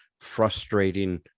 frustrating